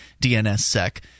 DNSSEC